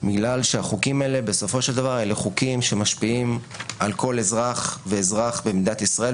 בגלל שהחוקים האלה משפיעים על כל אזרח ואזרח במדינת ישראל,